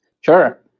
Sure